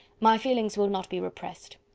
my feelings will not be repressed.